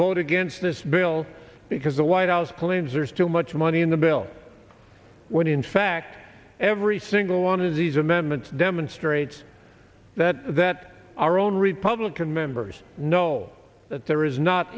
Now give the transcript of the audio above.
vote against this bill because the white house claims are too much money in the bill when in fact every single one of these amendments demonstrates that that our own republican members know that there is not